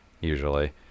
usually